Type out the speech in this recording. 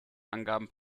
angaben